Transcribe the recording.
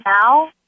now